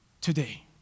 today